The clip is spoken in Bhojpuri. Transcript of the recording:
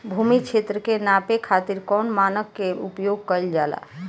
भूमि क्षेत्र के नापे खातिर कौन मानक के उपयोग कइल जाला?